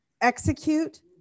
execute